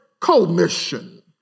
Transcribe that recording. commission